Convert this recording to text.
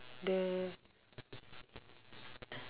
the